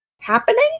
happening